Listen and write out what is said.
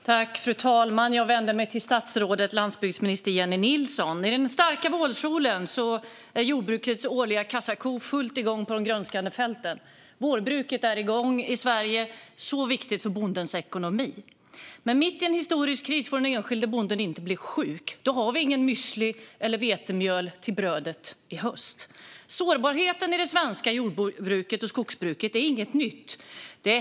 Fru talman! Jag vänder mig till landsbygdsminister Jennie Nilsson. I den starka vårsolen är jordbrukets årliga kassako i full gång på de grönskande fälten. Vårbruket är igång i Sverige - så viktigt för bondens ekonomi. Mitt i en historisk kris får dock den enskilde bonden inte bli sjuk. Då har vi ingen müsli och inget vetemjöl till brödet i höst. Sårbarheten i det svenska jord och skogsbruket är inte något nytt.